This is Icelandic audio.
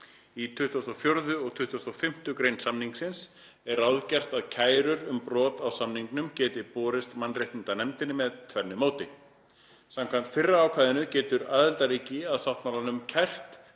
Í 24. og 25. gr. samningsins er ráðgert að kærur um brot á samningnum geti borist mannréttindanefndinni með tvennu móti. Samkvæmt fyrra ákvæðinu getur aðildarríki að sáttmálanum kært